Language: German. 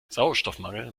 sauerstoffmangel